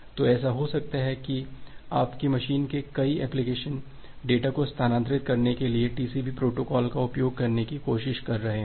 तो ऐसा हो सकता है कि आपकी मशीन के कई एप्लिकेशन डेटा को स्थानांतरित करने के लिए टीसीपी प्रोटोकॉल का उपयोग करने की कोशिश कर रहे हों